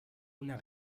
una